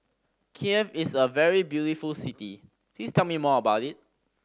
Kiev is a very beautiful city please tell me more about it